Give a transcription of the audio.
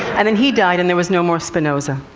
and then he died, and there was no more spinoza.